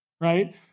right